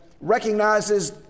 recognizes